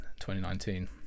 2019